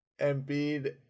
Embiid